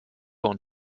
und